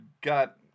got